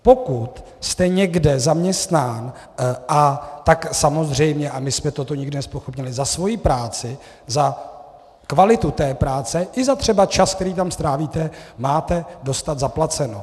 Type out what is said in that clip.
Pokud jste někde zaměstnán, tak samozřejmě, a my jsme toto nikdy nezpochybnili, za svoji práci, za kvalitu té práce i třeba za čas, který tam strávíte, máte dostat zaplaceno.